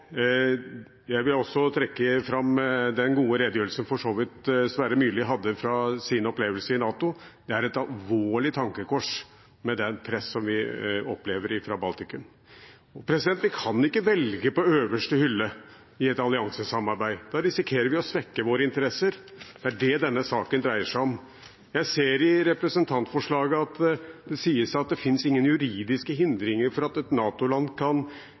Jeg vil også trekke fram den gode redegjørelsen Sverre Myrli hadde fra sin opplevelse i NATO. Vi kan ikke velge på øverste hylle i et alliansesamarbeid. Da risikerer vi å svekke våre interesser. Det er det denne saken dreier seg om. Jeg ser i representantforslaget at det sies at det finnes ingen juridiske hindringer for at et NATO-land kan